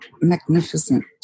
magnificent